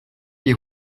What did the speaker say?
you